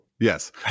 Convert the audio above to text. Yes